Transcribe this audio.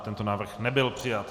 Tento návrh nebyl přijat.